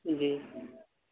جی